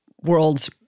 world's